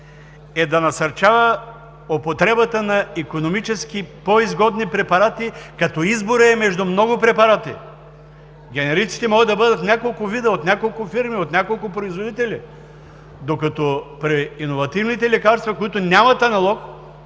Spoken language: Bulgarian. е да насърчава употребата на икономически по-изгодни препарати, като изборът е между много препарати. Генериците могат да бъдат няколко вида, от няколко фирми, от няколко производители, докато иновативните лекарства, които нямат аналог,